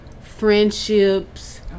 friendships